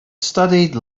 studied